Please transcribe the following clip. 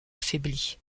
affaibli